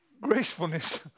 gracefulness